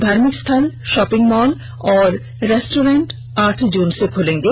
धार्मिक स्थल shopping mall और रेस्टोरेंट आठ जून से खूलेंगे